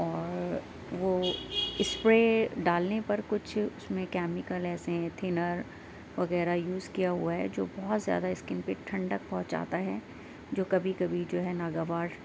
اور وہ اسپرے ڈالنے پر کچھ اس میں کیمیکل ایسے ہیں تھنر وغیرہ یوز کیا ہوا ہے جو بہت زیادہ اسکن پہ ٹھنڈک پہونچاتا ہے جو کبھی کبھی جو ہے ناگوار